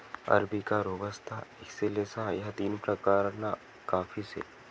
arabica, robusta, excelsa या तीन प्रकारना काफी से